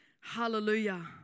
Hallelujah